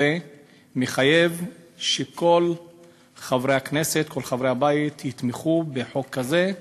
מחייב שכל חברי הכנסת וחברי הבית יתמכו בחוק כזה,